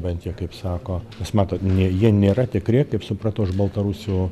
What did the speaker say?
bent jie kaip sako nes matot ne jie nėra tikri kaip supratau iš baltarusių